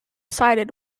sided